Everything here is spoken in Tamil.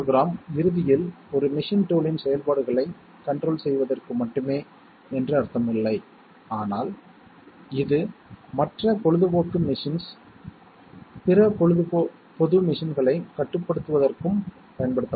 அசோசியேட்டிவ் விதியானது நம்மிடம் உள்ள கணிதச் செயல்பாடுகளைப் போல் இல்லை என்பதைக் கண்டறியும் இடமாகும் A OR B AND C A OR B AND A OR C